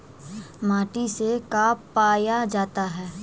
माटी से का पाया जाता है?